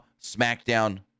SmackDown